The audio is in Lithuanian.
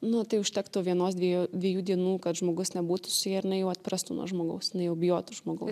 nu tai užtektų vienos dviejų dviejų dienų kad žmogus nebūtų susiję ir jinai jau atprastų nuo žmogaus jinai jau bijotų žmogaus